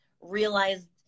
realized